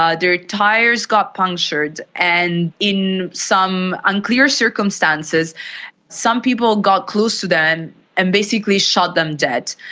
ah their tyres got punctured, and in some unclear circumstances some people got close to them and basically shot them dead.